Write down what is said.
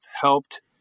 helped